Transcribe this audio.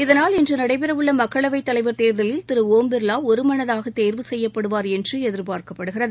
இதனால் இன்று நடைபெறவுள்ள மக்களவைத் தலைவா் தேர்தலில் திரு ஒம் பிா்வா ஒருமனதாக தேர்வு செய்யப்படுவார் என்று எதிர்ப்பார்க்கப்படுகிறது